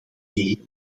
gehele